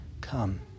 come